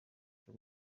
cyo